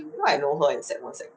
you I know her in sec one sec two